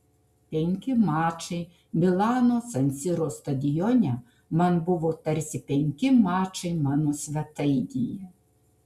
penki mačai milano san siro stadione man buvo tarsi penki mačai mano svetainėje